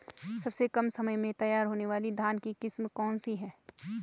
सबसे कम समय में तैयार होने वाली धान की किस्म कौन सी है?